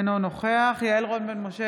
אינו נוכח יעל רון בן משה,